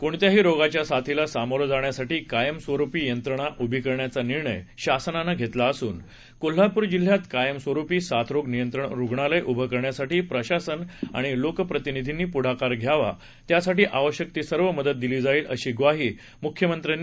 कोणत्याही रोगाच्या साथीला सामोरं जाण्यासाठी कायमस्वरूपी यंत्रणा उभी करण्याचा निर्णय शासनानं घेतला असून कोल्हापूर जिल्ह्यात कायमस्वरूपी साथरोग नियंत्रण रूग्णालय उभं करण्यासाठी प्रशासन आणि लोकप्रतिनिधींनी पुढाकार घ्यावा त्यासाठी आवश्यक ती सर्व मदत दिली जाईल अशी ग्वाही मुख्यमंत्र्यानी दिली आहे